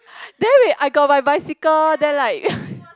then wait I got my bicycle then like